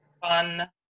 fun